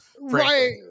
Right